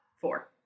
Four